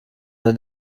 der